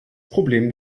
problem